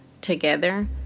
together